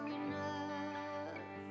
enough